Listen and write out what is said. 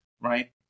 Right